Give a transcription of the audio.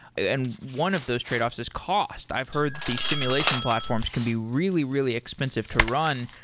and one of those trade-offs is cost. i've heard the stimulation platforms can be really, really expensive to run.